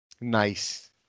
nice